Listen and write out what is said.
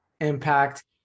Impact